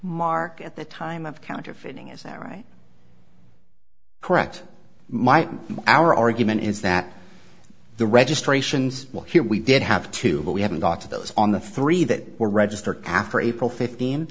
mark at the time of counterfeiting is that right correct my our argument is that the registrations here we did have to but we haven't got to those on the three that were register kaffir april fifteen